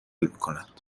میکند